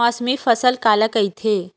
मौसमी फसल काला कइथे?